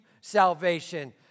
salvation